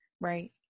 Right